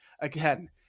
again